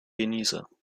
genießer